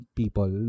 people